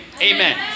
Amen